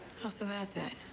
oh, so that's it.